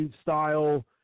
style